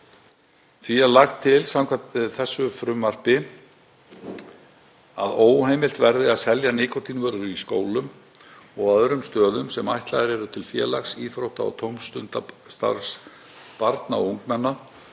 Því er lagt til samkvæmt þessu frumvarpi að óheimilt verði að selja nikótínvörur í skólum og á öðrum stöðum sem ætlaðir eru til félags-, íþrótta- og tómstundastarfs barna og ungmenna